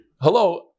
Hello